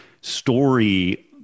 story